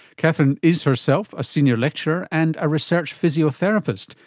catherine is herself a senior lecturer and a research physiotherapist,